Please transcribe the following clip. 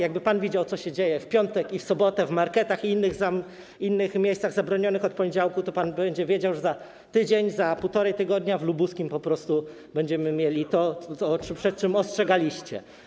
Jakby pan widział, co się działo w piątek i sobotę w marketach i innych miejscach zabronionych od poniedziałku, to pan by wiedział, że za tydzień, za półtora tygodnia w lubuskim po prostu będziemy mieli to, przed czym ostrzegaliście.